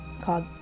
called